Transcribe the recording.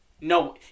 No